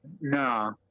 No